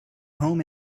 home